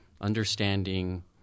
understanding